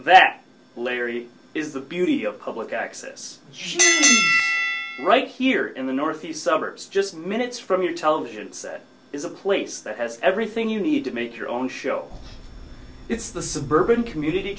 that larry is the beauty of public access right here in the northeast suburbs just minutes from your television set is a place that has everything you need to make your own show it's the suburban community